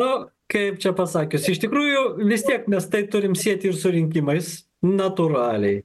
o kaip čia pasakius iš tikrųjų vis tiek mes tai turime sieti su rinkimais natūraliai